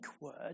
word